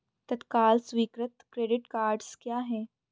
तत्काल स्वीकृति credit cards क्या हैं?